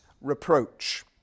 reproach